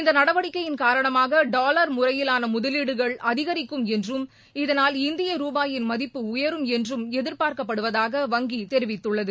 இந்த நடவடிக்கையின் காரணமாக டாவர் முறையிலான முதலீடுகள் அதிகரிக்கும் என்றும் இதனால் இந்திய ரூபாயின் மதிப்பு உயரும் என்றும் எதிர்பார்க்கப்படுவதாக வங்கி தெரிவித்துள்ளது